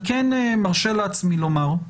אני כן מרשה לעצמי לומר,